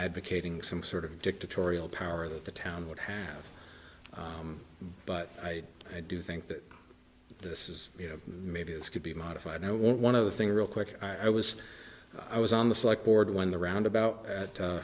advocating some sort of dictatorial power that the town would have but i i do think that this is you know maybe this could be modified one of the thing real quick i was i was on the psych ward when the roundabout